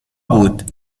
بود